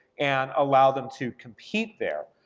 and allow them to compete there.